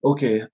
Okay